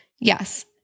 Yes